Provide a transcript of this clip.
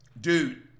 Dude